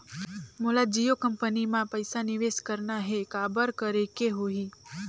मोला जियो कंपनी मां पइसा निवेश करना हे, काबर करेके होही?